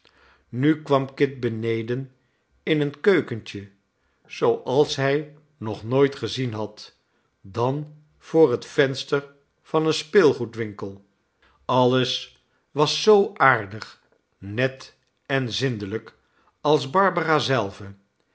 nu kwam kit beneden in een keukentje zooals hij nog nooit gezien had dan voor het venster van een speelgoedwinkel alles was zoo aardig net en zindelijk als barbara zelve